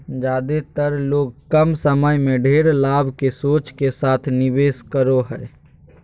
ज्यादेतर लोग कम समय में ढेर लाभ के सोच के साथ निवेश करो हइ